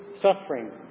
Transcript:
suffering